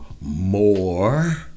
more